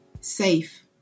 safe